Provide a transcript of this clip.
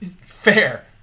Fair